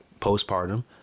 postpartum